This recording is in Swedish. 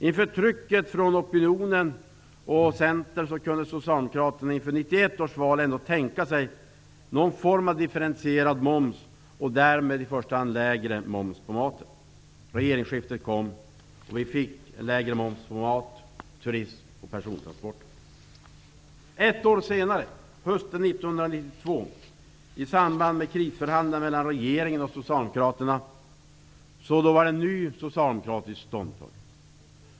Inför trycket från opinionen och Centern kunde Socialdemokraterna inför 1991 års val ändå tänka sig någon form av differentierad moms, i första hand att det skulle vara lägre moms på maten. Det blev regeringsskifte, och det blev lägre moms på mat, turism och persontransporter. Ett år senare -- hösten 1992 i samband med krisförhandlingarna mellan regeringen och Socialdemokraterna -- fann man en ny ståndpunkt.